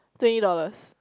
twenty dollars